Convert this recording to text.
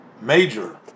major